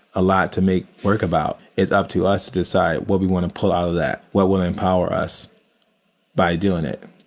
a lot to make work about. it's up to us to decide what we want to pull out of that. what will empower us by doing it.